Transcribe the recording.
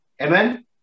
Amen